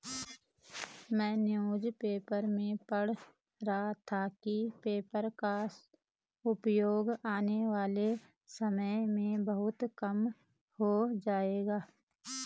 मैं newspaper में पढ़ रहा था कि पेपर का उपयोग आने वाले समय में बहुत कम हो जाएगा